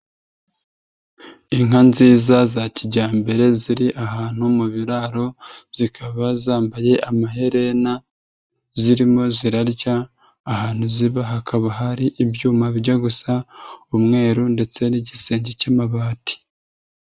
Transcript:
Inka nziza za kijyambere, ziri ahantu mu biraro, zikaba zambaye amaherena, zirimo zirarya, ahantu ziba hakaba hari ibyuma bijya gusa umweru ndetse n'igisenge cy'amabati.